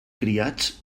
criats